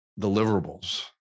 deliverables